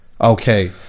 okay